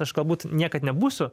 aš galbūt niekad nebūsiu